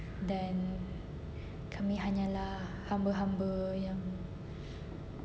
dan kami hanyalah hamba-hamba yang